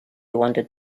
wanted